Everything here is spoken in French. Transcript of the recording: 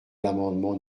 l’amendement